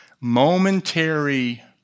momentary